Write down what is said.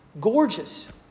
Gorgeous